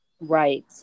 Right